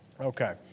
Okay